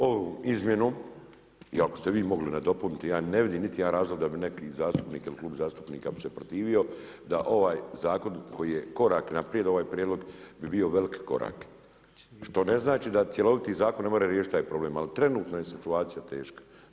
Ovom izmjenom i ako ste vi mogli nadopuniti, ja ne vidim niti jedan razlog da bi neki zastupnik ili Klub zastupnika se protivio da ovaj Zakon koji je korak naprijed, ovaj Prijedlog bi bio veliki korak, što ne znači da cjeloviti zakon ne mora riješiti taj problem, ali trenutno je situacija teška.